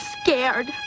scared